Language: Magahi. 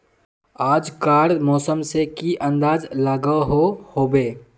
आज कार मौसम से की अंदाज लागोहो होबे?